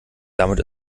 damit